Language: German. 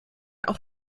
auch